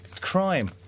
crime